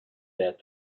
said